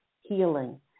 healing